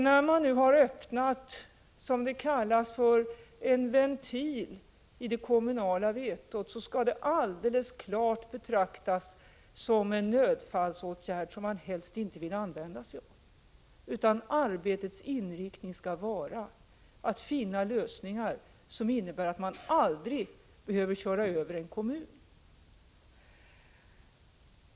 När man nu öppnat en ventil, som det kallas, i det kommunala vetot, skall det helt klart betraktas som en nödfallsåtgärd som vi helst inte vill använda oss av, utan arbetets inriktning skall vara att finna en lösning som innebär att vi aldrig behöver köra över en kommun.